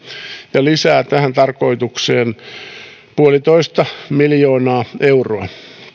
ja lisää tähän tarkoitukseen yksi pilkku viisi miljoonaa euroa